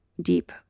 deep